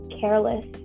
careless